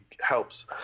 helps